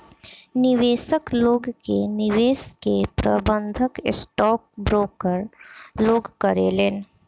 निवेशक लोग के निवेश के प्रबंधन स्टॉक ब्रोकर लोग करेलेन